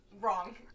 Wrong